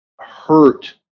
hurt